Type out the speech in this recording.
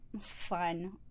fun